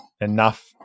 enough